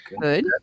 good